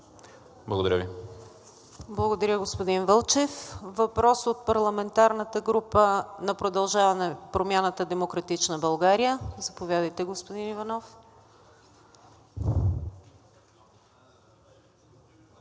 КУЗМАНОВА: Благодаря, господин Вълчев. Въпрос от парламентарната група на „Продължаваме Промяната – Демократична България“? Заповядайте, господин Иванов.